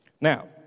Now